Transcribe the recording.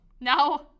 No